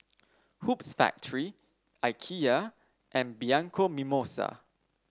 Hoops Factory Ikea and Bianco Mimosa